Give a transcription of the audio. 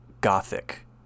gothic